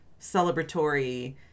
celebratory